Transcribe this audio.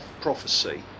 prophecy